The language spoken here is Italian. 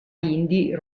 indie